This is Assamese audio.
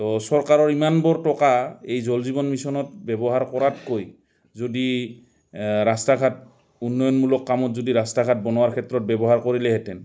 তো চৰকাৰৰ ইমানবোৰ টকা এই জল জীৱন মিছনত ব্যৱহাৰ কৰাতকৈ যদি ৰাস্তা ঘাট উন্নয়নমূলক কামত যদি ৰাস্তা ঘাট বনোৱাৰ ক্ষেত্ৰত ব্যৱহাৰ কৰিলেহেঁতেন